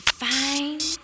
fine